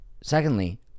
Secondly